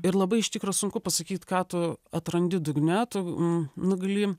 ir labai iš tikro sunku pasakyt ką tu atrandi dugne tu n nu gali